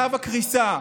קו הקריסה,